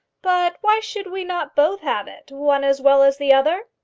but why should we not both have it one as well as the other?